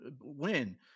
win